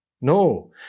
No